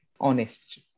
honest